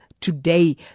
today